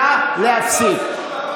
נא להפסיק.